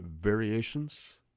Variations